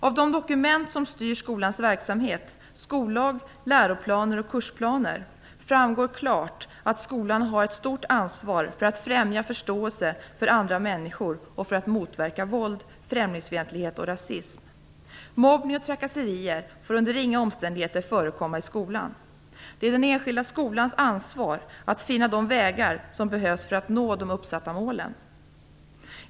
Av de dokument som styr skolans verksamhet, skollag, läroplaner och kursplaner framgår klart att skolan har ett stort ansvar för att främja förståelse för andra människor och för att motverka våld, främlingsfientlighet och rasism. Mobbning och trakasserier får under inga omständigheter förekomma i skolan. Det är den enskilda skolans ansvar att hitta vägar att nå de uppsatta målen.